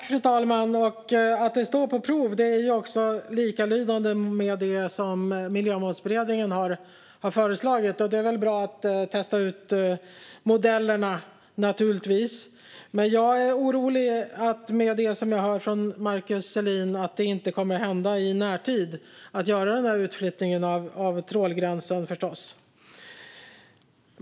Fru talman! Att det står att detta är på prov är likalydande med det som Miljömålsberedningen har föreslagit. Det är naturligtvis bra att testa modellerna. Men i och med det som jag har hört från Markus Selin är jag orolig för att det inte kommer att hända i närtid att man gör den där utflyttningen av trålgränsen.